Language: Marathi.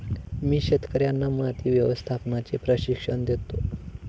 मी शेतकर्यांना माती व्यवस्थापनाचे प्रशिक्षण देतो